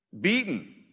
beaten